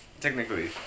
technically